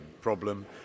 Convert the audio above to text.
problem